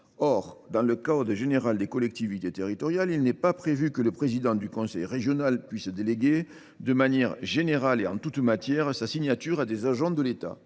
Or le code général des collectivités territoriales ne prévoit pas non plus que le président du conseil régional puisse déléguer, de manière générale et en toute matière, sa signature à des agents de l’État.